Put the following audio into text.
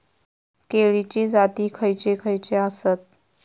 केळीचे जाती खयचे खयचे आसत?